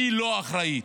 אני לא אחראית.